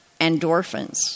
endorphins